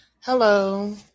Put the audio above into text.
Hello